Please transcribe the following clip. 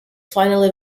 finally